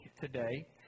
today